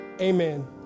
Amen